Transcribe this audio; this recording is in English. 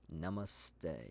Namaste